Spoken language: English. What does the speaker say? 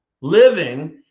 living